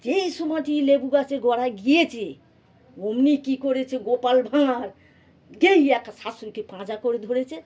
যেই সময়টি লেবু গাছের গোড়ায় গিয়েছে ওমনি কী করেছে গোপাল ভাঁড় যেই একটা শশুড়িকে পাঁজা করে ধরেছে